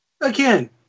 Again